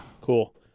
Cool